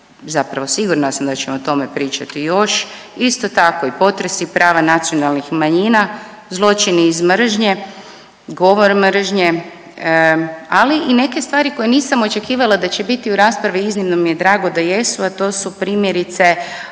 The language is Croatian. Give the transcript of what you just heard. zapravo sigurna sam da će o tome pričati još. Isto tako i potresi, prava nacionalnih manjina, zločini iz mržnje, govor mržnje, ali i neke stvari koje nisam očekivala da će biti u raspravi. Iznimno mi je drago da jesu, a to su primjerice